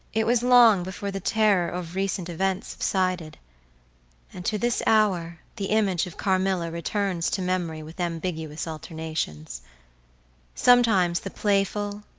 it was long before the terror of recent events subsided and to this hour the image of carmilla returns to memory with ambiguous alternations sometimes the playful,